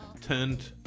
turned